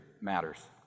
matters